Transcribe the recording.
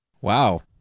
wow